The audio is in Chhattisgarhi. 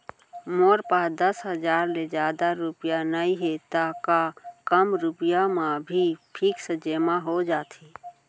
मोर पास दस हजार ले जादा रुपिया नइहे त का कम रुपिया म भी फिक्स जेमा हो जाथे?